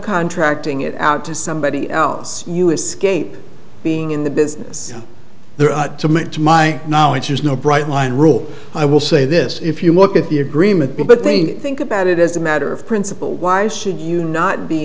contracting it out to somebody else you escape being in the business there to make to my knowledge there's no bright line rule i will say this if you look at the agreement but they think about it as a matter of principle why should you not be